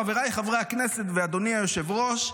חבריי חברי הכנסת ואדוני היושב-ראש,